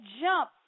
jump